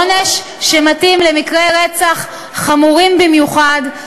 עונש שמתאים למקרי רצח חמורים במיוחד.